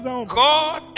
God